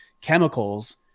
chemicals